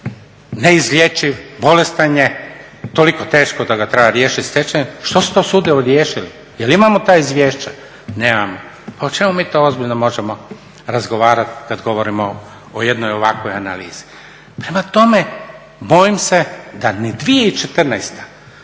neizlječiv, bolestan je, toliko teško da ga treba riješit stečajem. Što su to sudovi riješili, jel imamo ta izvješća? Nemamo. Pa o čemu mi to ozbiljno možemo razgovarat kad govorimo o jednoj ovakvoj analizi? Prema tome, bojim se da ni 2014.